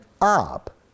up